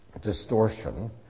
distortion